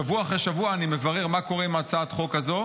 שבוע אחרי שבוע אני מברר מה קורה עם הצעת החוק הזו,